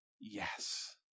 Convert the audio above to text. yes